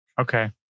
Okay